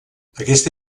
aquesta